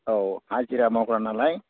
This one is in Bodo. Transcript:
औ हाजिरा मावग्रा नालाय